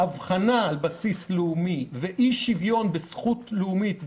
שאבחנה על בסיס לאומי ואי-שוויון בזכות לאומית,